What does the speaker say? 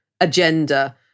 agenda